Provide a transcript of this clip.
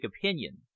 opinion